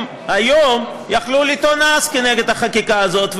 היום יכלו לטעון אז נגד החקיקה הזאת,